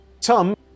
Tom